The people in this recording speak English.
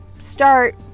start